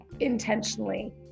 intentionally